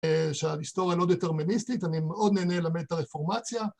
שההיסטוריה לא דטרמיניסטית, אני מאוד נהנה ללמד את הרפורמציה.